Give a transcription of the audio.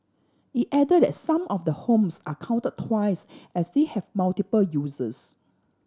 it added that some of the homes are counted twice as they have multiple uses